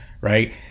right